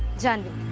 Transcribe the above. jhanvi.